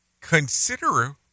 consider